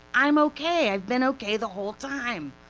i'm ok, i've been ok the whole time.